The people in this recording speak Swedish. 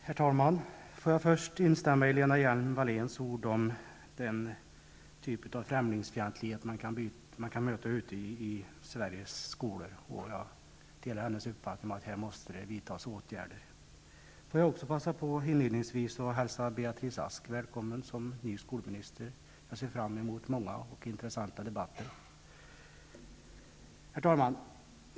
Herr talman! Låt mig först instämma i Lena Hjelm Walléns ord om den typ av främlingsfientlighet man kan möta ute i Sveriges skolor. Jag delar hennes uppfattning att det här måste vidtas åtgärder. Låt mig också inledningsvis passa på att hälsa Beatrice Ask välkommen som ny skolminister. Jag ser fram emot många och intressanta debatter. Herr talman!